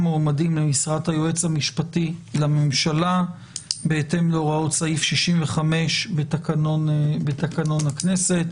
מועמדים למשרת היועץ המשפטי לממשלה בהתאם להוראות סעיף 65 בתקנון הכנסת.